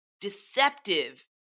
Deceptive